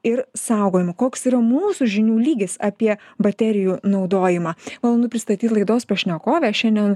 ir saugojimu koks yra mūsų žinių lygis apie baterijų naudojimą malonu pristatyt laidos pašnekovę šiandien